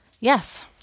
Yes